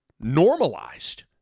normalized